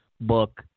book